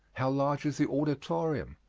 how large is the auditorium?